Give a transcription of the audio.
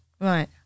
Right